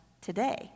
today